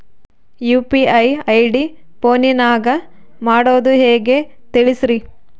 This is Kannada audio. ಯು.ಪಿ.ಐ ಐ.ಡಿ ಫೋನಿನಾಗ ಮಾಡೋದು ಹೆಂಗ ತಿಳಿಸ್ರಿ?